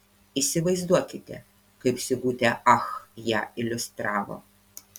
įsivaizduokite kaip sigutė ach ją iliustravo